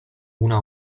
una